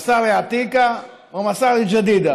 מצארי עתיקא ומצארי ג'דידא.